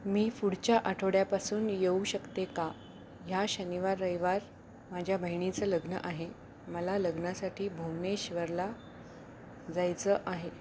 मी पुढच्या आठवड्यापासून येऊ शकते का ह्या शनिवार रविवार माझ्या बहिणीचं लग्न आहे मला लग्नासाठी भूमेश्वरला जायचं आहे